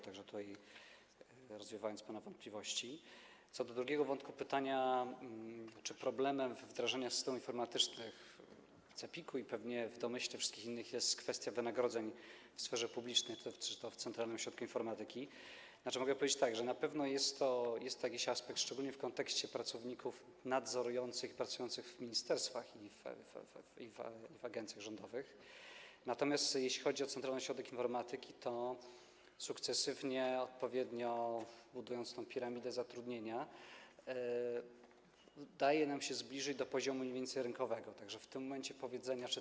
Także rozwiewając pana wątpliwości co do drugiego wątku, pytania, czy problem dotyczący wdrażania systemu informatycznego CEPiK - i pewnie w domyśle wszystkich innych - związany jest z kwestią wynagrodzeń w sferze publicznej czy w Centralnym Ośrodku Informatyki, mogę powiedzieć, że na pewno jest to jakiś aspekt, szczególnie w kontekście pracowników nadzorujących, pracujących w ministerstwach i w agencjach rządowych, natomiast jeśli chodzi o Centralny Ośrodek Informatyki, to sukcesywnie, odpowiednio budując tę piramidę zatrudnienia, udaje nam się zbliżyć do poziomu mniej więcej rynkowego, tak że w tym momencie powiedzenie.